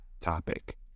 topic